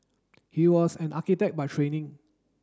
he was an architect by training